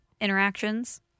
Interactions